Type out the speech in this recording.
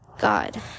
god